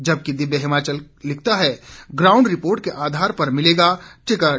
जबकि दिव्य हिमाचल का लिखता है ग्राउंड रिपोर्ट के आधार पर मिलेगा टिकट